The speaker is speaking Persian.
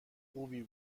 خوبی